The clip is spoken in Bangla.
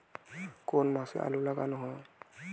কোন মাসে আলু লাগানো হয়?